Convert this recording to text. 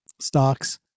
stocks